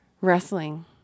wrestling